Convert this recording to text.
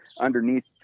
underneath